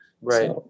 Right